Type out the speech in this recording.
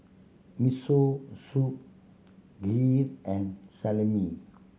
Miso Soup Kheer and Salami